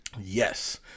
Yes